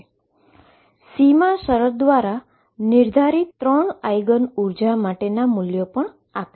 અને boundary condition દ્વારા નિર્ધારિત 3 આઇગન એનર્જી માટેની વેલ્યુ આપે છે